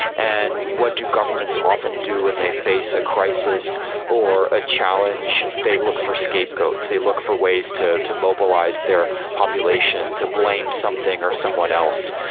and what do governments often do when and they face a crisis or a challenge? they look for scapegoats. they look for ways to to mobilize their population to blame something or someone else.